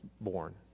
born